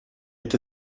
est